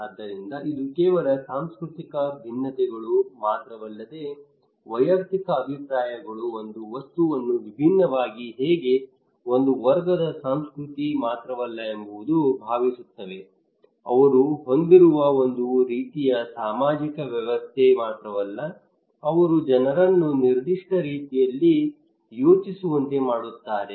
ಆದ್ದರಿಂದ ಇದು ಕೇವಲ ಸಾಂಸ್ಕೃತಿಕ ಭಿನ್ನತೆಗಳು ಮಾತ್ರವಲ್ಲದೆ ವೈಯುಕ್ತಿಕ ಭಿನ್ನಾಭಿಪ್ರಾಯಗಳು ಒಂದು ವಸ್ತುವನ್ನು ವಿಭಿನ್ನವಾಗಿ ಹೇಗೆ ಒಂದು ವರ್ಗದ ಸಂಸ್ಕೃತಿ ಮಾತ್ರವಲ್ಲ ಎಂಬುದು ಭಾವಿಸುತ್ತವೆ ಅವರು ಹೊಂದಿರುವ ಒಂದು ರೀತಿಯ ಸಾಮಾಜಿಕ ವ್ಯವಸ್ಥೆ ಮಾತ್ರವಲ್ಲ ಅವರು ಜನರನ್ನು ನಿರ್ದಿಷ್ಟ ರೀತಿಯಲ್ಲಿ ಯೋಚಿಸುವಂತೆ ಮಾಡುತ್ತಾರೆ